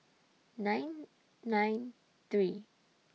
nine nine three